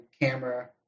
camera